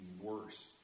worse